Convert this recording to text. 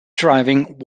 driving